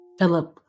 Philip